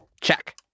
Check